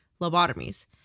lobotomies